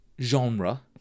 genre